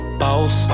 boss